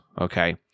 okay